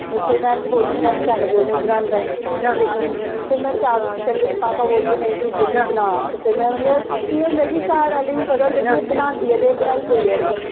ते फ्ही में बोलनी होन्नी कि मिगी पैसे देओ बनाने ताईं लेकिन फ्ही में जैह्लूं भापा बोलदे नेईं तूं उद्धर बी बना फ्ही में मतलब केह् होंदा कि घर आह्लें गी पता होंदा कि एह् बनांदी ऐ ते बनाई देई ओड़ग